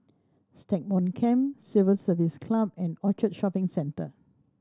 Stagmont Camp Civil Service Club and Orchard Shopping Centre